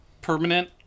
permanent